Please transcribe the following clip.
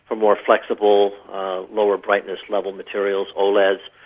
for more flexible lower brightness level materials, oleds.